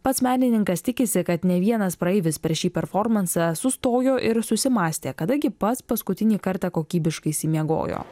pats menininkas tikisi kad ne vienas praeivis per šį performansą sustojo ir susimąstė kada gi pats paskutinį kartą kokybiškai išsimiegojo